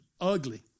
ugly